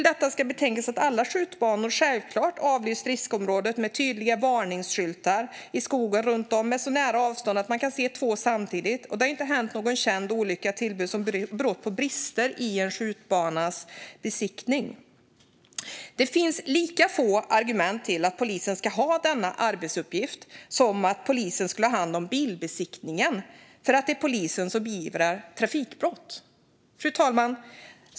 Dessutom har alla skjutbanor självklart avlyst riskområdet med tydliga varningsskyltar i skogen runt om, på så nära avstånd att man kan se två samtidigt. Det har inte hänt någon känd olycka eller något tillbud som berott på brister i en skjutbanas besiktning. Det finns lika få argument för att polisen ska ha denna arbetsuppgift som för att polisen skulle ha hand om bilbesiktningen därför att det är polisen som beivrar trafikbrott. Fru talman!